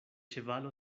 ĉevalo